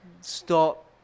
stop